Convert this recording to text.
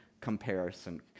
comparison